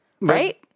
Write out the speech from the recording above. Right